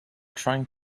trying